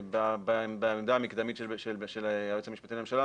בעמדה המקדמית של היועץ המשפטי לממשלה,